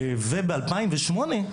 ב-2008,